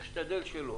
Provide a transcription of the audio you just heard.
תשתדל שלא,